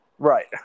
Right